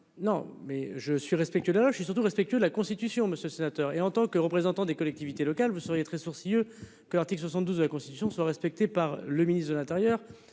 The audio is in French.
Non mais je suis respectueux. Là je suis surtout respectueux de la Constitution monsieur sénateur et en tant que représentants des collectivités locales, vous seriez très sourcilleux que l'article 72 de la Constitution soit respectée par le ministre de l'Intérieur.